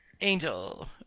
Angel